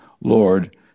Lord